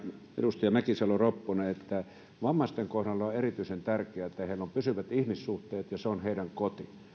edustaja mäkisalo ropponen että vammaisten kohdalla on erityisen tärkeää että heillä on pysyvät ihmissuhteet ja että se on heidän kotinsa